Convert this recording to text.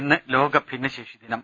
ഇന്ന് ലോക ഭിന്നശേഷി ദിനം